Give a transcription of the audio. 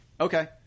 Okay